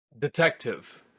Detective